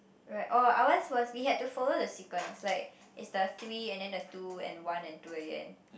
we like orh ours was we had to follow the sequence like it's the three and then the two and one and two again